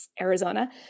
Arizona